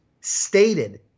stated